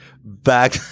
back